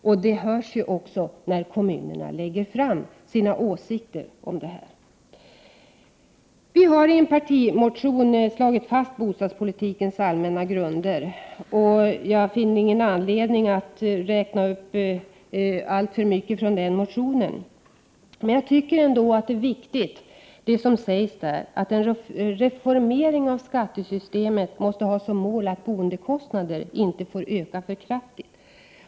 Och det hörs ju också när kommunerna framför sina åsikter om detta. Centern har i en partimotion slagit fast bostadspolitikens allmänna grunder. Jag finner inte någon anledning att räkna upp alltför mycket från den motionen. Men det som sägs i denna motion om att en reformering av skattesystemet måste ha som mål att boendekostnaderna inte ökar för kraftigt är viktigt.